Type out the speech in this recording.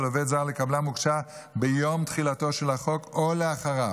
עובד זר לקבלם הוגשה ביום תחילתו של החוק או אחריו,